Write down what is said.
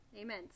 Amen